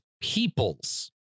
peoples